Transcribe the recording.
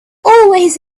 always